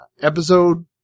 episode